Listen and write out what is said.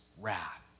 Wrath